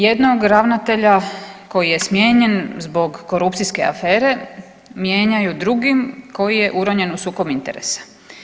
Jednog ravnatelja koji je smijenjen zbog korupcijske afere mijenjaju drugim koji je uronjen u sukob interesa.